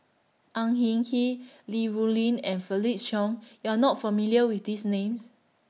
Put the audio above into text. Ang Hin Kee Li Rulin and Felix Cheong YOU Are not familiar with These Names